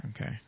Okay